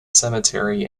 cemetery